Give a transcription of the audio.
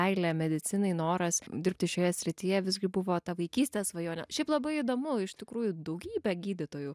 meilė medicinai noras dirbti šioje srityje visgi buvo ta vaikystės svajonė šiaip labai įdomu iš tikrųjų daugybė gydytojų